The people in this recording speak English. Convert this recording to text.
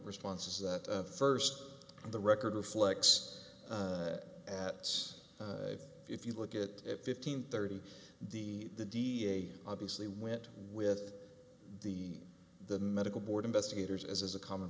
responses that first the record reflects at us if you look at fifteen thirty the the da obviously went with the the medical board investigators as a common